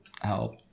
help